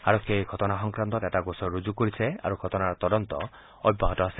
আৰক্ষীয়ে এই ঘটনা সংক্ৰান্তত এটা গোচৰ ৰুজু কৰিছে আৰু ঘটনাৰ তদন্ত অব্যাহত আছে